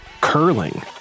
curling